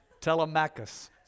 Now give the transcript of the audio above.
Telemachus